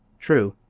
true,